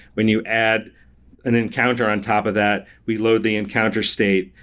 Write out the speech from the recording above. when you add an encounter on top of that, we load the encounter state,